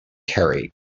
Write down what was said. carry